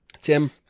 Tim